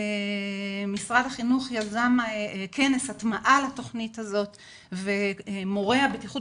משרד החינוך יזם כנס הטמעה לתכנית הזאת ומורי הבטיחות